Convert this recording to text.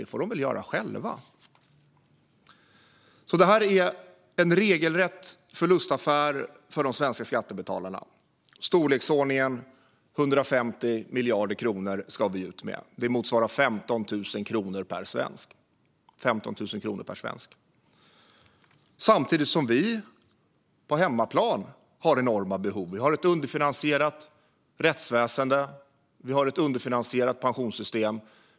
Det får de väl göra själva. Det här är alltså en regelrätt förlustaffär för de svenska skattebetalarna i storleksordningen 150 miljarder kronor som vi ska ut med. Det motsvarar 15 000 kronor per svensk. Samtidigt har vi enorma behov på hemmaplan. Vi har ett underfinansierat rättsväsen och ett underfinansierat pensionssystem.